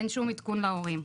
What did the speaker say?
אין שום עדכון להורים.